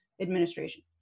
administration